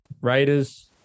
Raiders